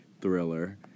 thriller